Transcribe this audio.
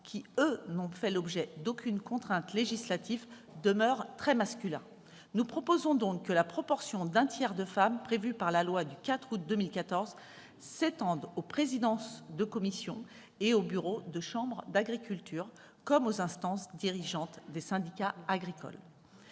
qui, eux, n'ont fait l'objet d'aucune contrainte législative -demeurent très masculins. Nous proposons donc que la proportion d'un tiers de femmes, prévue par la loi du 4 août 2014, s'étende aux présidences de commissions et aux bureaux des chambres d'agriculture, comme aux instances dirigeantes des syndicats agricoles.